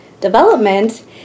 development